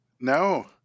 No